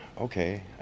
okay